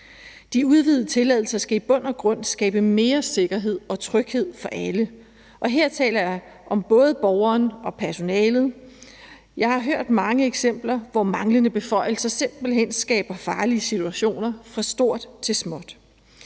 De udvidede tilladelser skal i bund og grund skabe mere sikkerhed og tryghed for alle, og her taler jeg om både borgeren og personalet. Jeg har hørt mange eksempler, hvor manglende beføjelser simpelt hen skaber farlige situationer fra stort til småt.